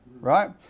right